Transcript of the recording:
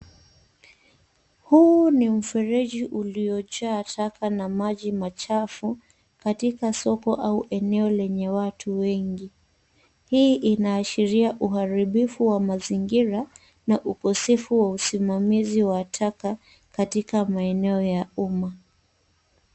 Huu ni mfereji uliyonjaa taka na maji machafu katika soko au eneo la watu wengi. Hii inaashiria uharibufu wa mazingira na ukosefu wa usimamizi ya taka katika eneo la umma.